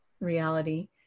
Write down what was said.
reality